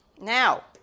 now